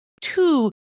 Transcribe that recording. two